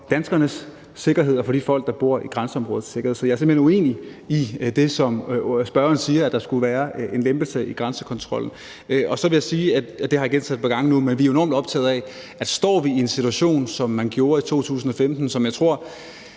danskernes sikkerhed og sikkerheden for de folk, der bor i grænseområdet. Så jeg er simpelt hen uenig i det, som spørgeren siger, med, at der skulle være en lempelse af grænsekontrollen. Så vil jeg sige, og det har jeg gentaget et par gange nu, at vi er enormt optaget af, at står vi i en situation, som man gjorde i 2015, og som jeg tror